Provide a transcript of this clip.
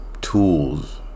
tools